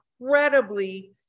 incredibly